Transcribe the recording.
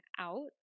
out